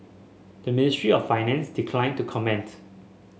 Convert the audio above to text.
the Ministry of Finance declined to comment